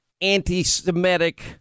anti-Semitic